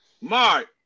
Mark